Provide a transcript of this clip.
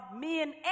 men